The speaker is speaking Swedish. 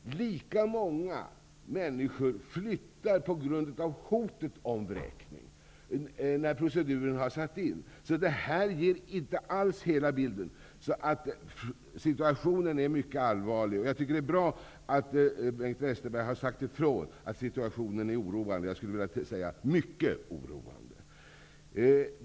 Lika många människor flyttar på grund av hot om vräkning när proceduren har börjat. Detta är inte alls hela bilden. Situationen är mycket allvarlig. Det är bra att Bengt Westerberg har sagt ifrån att situationen är oroande. Jag skulle vilja säga att den är mycket oroande.